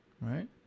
right